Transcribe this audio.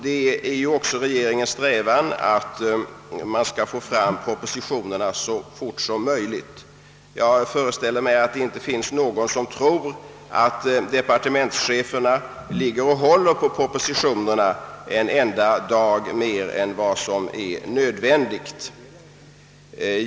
Det är också regeringens strävan att försöka framlägga propositionerna så fort som det över huvud taget är möjligt. Ingen tror väl att departementscheferna håller på propositionerna en enda dag längre än nödvändigt.